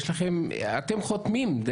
אתם חותמים.